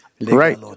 Right